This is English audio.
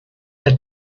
had